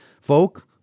Folk